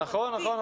נכון.